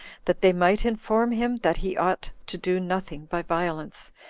that they might inform him that he ought to do nothing by violence,